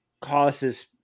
causes